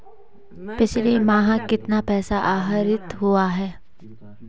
पिछले माह कितना पैसा आहरित हुआ है?